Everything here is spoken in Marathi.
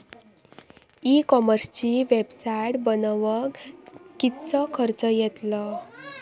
ई कॉमर्सची वेबसाईट बनवक किततो खर्च येतलो?